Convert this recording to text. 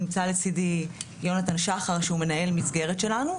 נמצא לצדי יונתן שחר שהוא מנהל מסגרת שלנו,